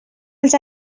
els